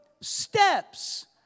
steps